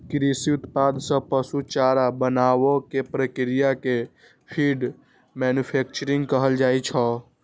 कृषि उत्पाद सं पशु चारा बनाबै के प्रक्रिया कें फीड मैन्यूफैक्चरिंग कहल जाइ छै